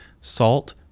Salt